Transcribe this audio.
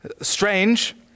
strange